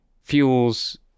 fuels